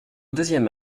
deuxième